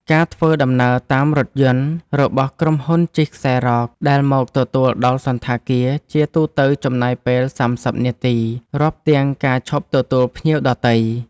ការធ្វើដំណើរតាមរថយន្តរបស់ក្រុមហ៊ុនជិះខ្សែរ៉កដែលមកទទួលដល់សណ្ឋាគារ ជាទូទៅចំណាយពេល ៣០ នាទី រាប់ទាំងការឈប់ទទួលភ្ញៀវដទៃ។